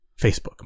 Facebook